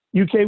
UK